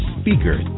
speaker